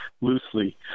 loosely